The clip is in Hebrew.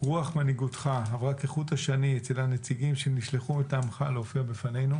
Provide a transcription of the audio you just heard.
רוח מנהיגותך עברה כחוט השני אצל הנציגים שנשלחו מטעמך להופיע בפנינו.